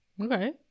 Okay